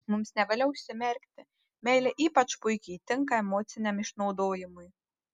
mums nevalia užsimerkti meilė ypač puikiai tinka emociniam išnaudojimui